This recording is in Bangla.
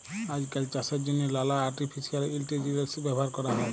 আইজকাল চাষের জ্যনহে লালা আর্টিফিসিয়াল ইলটেলিজেলস ব্যাভার ক্যরা হ্যয়